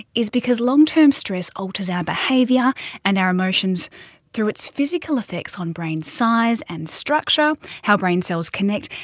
is because long term stress alters our behaviour and our emotions through its physical effects on brain size and structure, how brain cells connect,